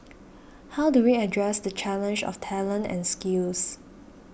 how do we address the challenge of talent and skills